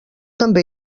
també